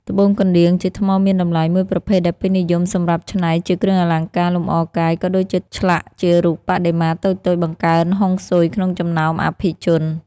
ត្បូងកណ្តៀង ជាថ្មមានតម្លៃមួយប្រភេទដែលពេញនិយមសម្រាប់ច្នៃជាគ្រឿងអលង្ការលម្អកាយ ក៏ដូចជាឆ្លាក់ជារូបបដិមាតូចៗបង្កើនហុងស៊ុយក្នុងចំណោមអភិជន។